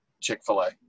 Chick-fil-A